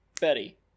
Betty